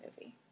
movie